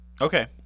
Okay